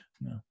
no